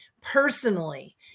personally